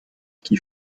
qui